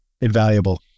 Invaluable